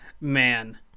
Man